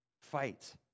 Fight